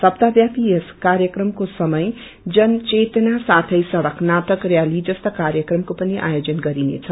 सन्ताहव्यापी यस कार्यक्रमको समय जनचेतना साथे सड़क नागटक झ्याली जस्ता कार्यक्रमको पनि आयोजन गरिनेछ